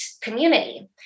community